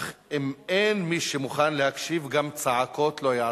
אך אם אין מי שמוכן להקשיב, גם צעקות לא יעזרו.